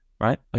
right